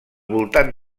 voltant